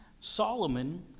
Solomon